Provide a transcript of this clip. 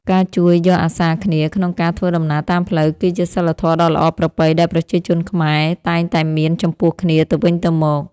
ការជួយយកអាសារគ្នាក្នុងការធ្វើដំណើរតាមផ្លូវគឺជាសីលធម៌ដ៏ល្អប្រពៃដែលប្រជាជនខ្មែរតែងតែមានចំពោះគ្នាទៅវិញទៅមក។